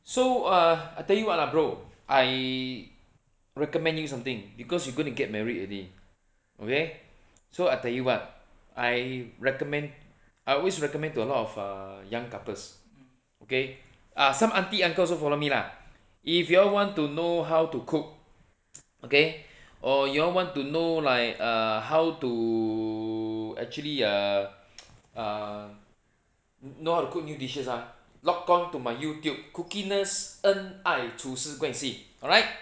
so uh I tell you what lah bro I recommend you something because you gonna get married already okay so I tell you what I recommend I always recommend to a lot of err young couples okay ah some auntie uncle also follow me lah if y'all want to know how to cook okay or y'all want to know like how to actually err err you know how to cook new dishes ha lock onto my youtube cookiness 恩爱厨师 go and see alright